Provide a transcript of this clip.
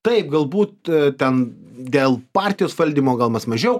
taip galbūt ten dėl partijos valdymo gal mes